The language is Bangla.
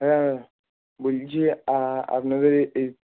হ্যাঁ বলছি আপনাদের এই